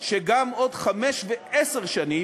שגם עוד חמש ועשר שנים,